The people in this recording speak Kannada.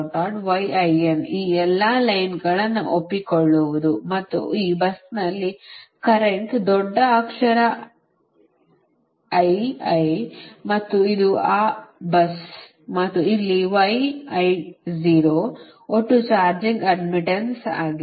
ಆದ್ದರಿಂದ ಈ ಎಲ್ಲಾ ಲೈನ್ಗಳನ್ನು ಒಪ್ಪಿಕೊಳ್ಳುವುದು ಮತ್ತು ಈ ಬಸ್ನಲ್ಲಿ ಕರೆಂಟ್ ದೊಡ್ಡ ಅಕ್ಷರ ಮತ್ತು ಇದು ಆ bus ಮತ್ತು ಇಲ್ಲಿ ಒಟ್ಟು ಚಾರ್ಜಿಂಗ್ ಅಡ್ಡ್ಮಿಟ್ಟನ್ಸ್ ಆಗಿದೆ